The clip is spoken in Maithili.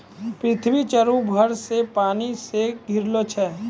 पृथ्वी चारु भर से पानी से घिरलो छै